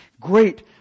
great